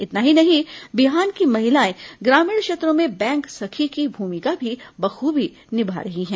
इतना ही नहीं बिहान की महिलाएं ग्रामीण क्षेत्रों में बैंक सखी की भूमिका भी बखूबी निभा रही हैं